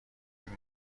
این